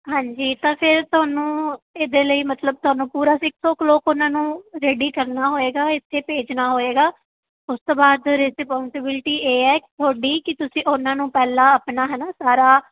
ਹਾਂਜੀ ਤਾਂ ਫੇਰ ਤੁਹਾਨੂੰ ਇਹਦੇ ਲਈ ਮਤਲਬ ਤੁਹਾਨੂੰ ਪੂਰਾ ਸਿਕਸ ਓ ਕਲੋਕ ਉਹਨਾਂ ਨੂੰ ਰੇਡੀ ਕਰਨਾ ਹੋਏਗਾ ਇੱਥੇ ਭੇਜਨਾ ਹੋਏੇਗਾ ਉਸ ਤੋਂ ਬਾਅਦ ਰਿਸਪੋਂਸਬਿਲਟੀ ਇਹ ਹੈ ਕਿ ਤੁਹਾਡੀ ਕਿ ਤੁਸੀਂ ਉਹਨਾਂ ਨੂੰ ਪਹਿਲਾਂ ਆਪਣਾ ਹੈ ਨਾ ਸਾਰਾ